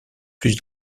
plus